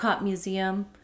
Museum